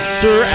sir